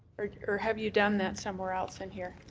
or have you done that somewhere else in here?